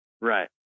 Right